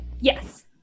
Yes